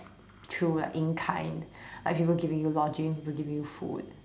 through like in kind like people giving you lodging people giving you food